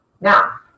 Now